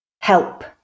Help